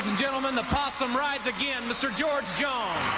gentleman the possum rides again! mr. george jones!